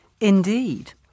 Indeed